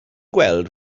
gweld